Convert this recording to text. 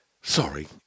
Sorry